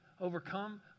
overcome